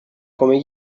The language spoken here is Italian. come